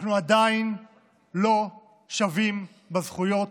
אנחנו עדיין לא שווים בזכויות,